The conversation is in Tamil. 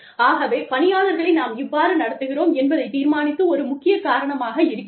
ஆகவே பணியாளர்களை நாம் இவ்வாறு நடத்துகிறோம் என்பதை தீர்மானிப்பது ஒரு முக்கிய காரணமாக இருக்கிறது